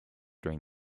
during